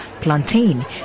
plantain